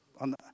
on